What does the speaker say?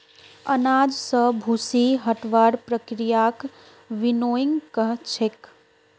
अनाज स भूसी हटव्वार प्रक्रियाक विनोइंग कह छेक